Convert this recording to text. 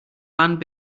land